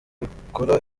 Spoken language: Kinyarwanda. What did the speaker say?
bikora